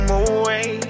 away